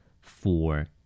Four